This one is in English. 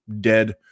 dead